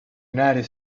united